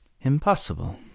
Impossible